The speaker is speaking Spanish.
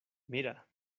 mira